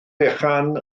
fechan